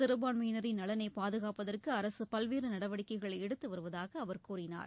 சிறுபான்மையினரின் நலனை பாதுகாப்பதற்கு அரசு பல்வேறு நடவடிக்கைகளை எடுத்து வருவதாக அவர் கூறினார்